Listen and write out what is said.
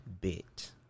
bit